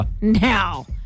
Now